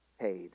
paid